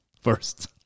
first